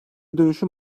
dönüşüm